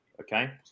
Okay